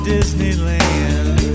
Disneyland